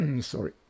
sorry